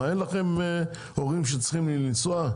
אין לכם הורים שצריכים לנסוע?